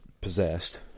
possessed